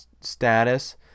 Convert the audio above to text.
status